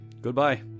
goodbye